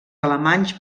alemanys